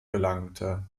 gelangte